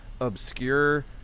obscure